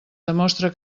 demostra